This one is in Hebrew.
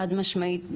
חד משמעית.